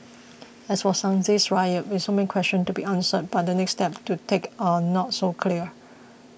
as for Sunday's riot with so many questions to be answered but the next steps to take are not so clear